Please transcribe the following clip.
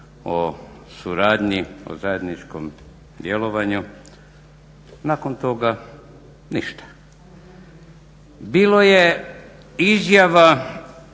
o suradnji, o zajedničkom djelovanju, nakon toga ništa. Bilo je izjava